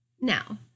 Now